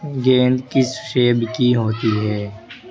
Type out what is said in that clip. گیند کس شیپ کی ہوتی ہے